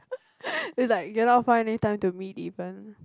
it's like cannot find any time to meet even